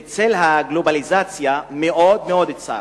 בצל הגלובליזציה, מאוד מאוד צר.